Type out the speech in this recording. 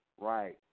Right